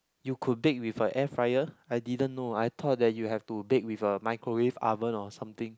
you could bake with a air fryer I didn't know I thought that you have to bake with a microwave oven or something